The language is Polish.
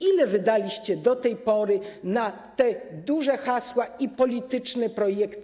Ile wydaliście do tej pory na te duże hasła i polityczne projekty?